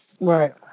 Right